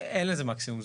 אין לזה מקסימום.